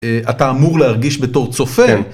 אתה אמור להרגיש בתור צופן.